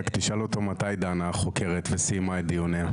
רק תשאל אותו מתי דנה החוקרת וסיימה את דיוניה.